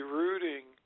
rooting